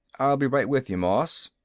i'll be right with you, moss.